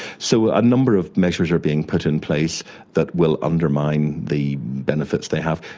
so a number of measures are being put in place that will undermine the benefits they have.